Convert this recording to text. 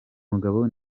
mugabo